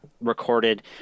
recorded